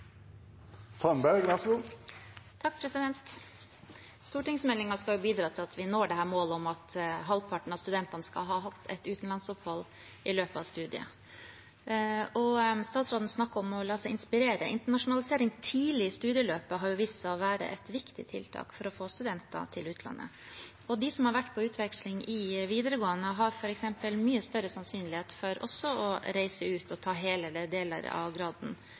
skal bidra til at vi når målet om at halvparten av studentene skal ha hatt et utenlandsopphold i løpet av studiet. Statsråden snakket om å la seg inspirere. Internasjonalisering tidlig i studieløpet har vist seg å være et viktig tiltak for å få studenter til utlandet, og de som har vært på utveksling i videregående, har f.eks. mye større sannsynlighet for også å reise ut og ta hele eller deler av graden